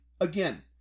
Again